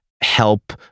help